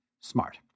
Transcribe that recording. smart